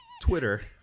Twitter